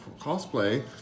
cosplay